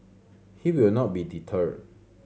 he will not be deterred